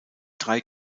drei